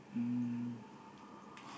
mm